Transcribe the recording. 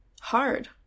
hard